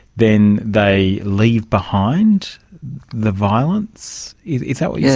then they leave behind the violence? is that what yeah